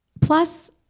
Plus